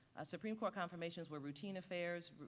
ah supreme court confirmations were routine affairs.